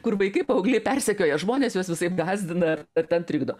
kur vaikai paaugliai persekioja žmones juos visaip gąsdina ir ten trikdo